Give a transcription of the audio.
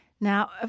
Now